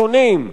שונים,